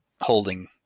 holding